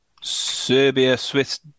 Serbia-Swiss